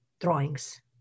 drawings